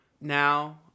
Now